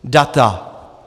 Data.